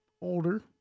older